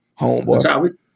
Homeboy